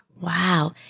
Wow